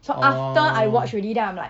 so after I watch already then I'm like